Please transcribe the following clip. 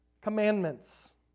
commandments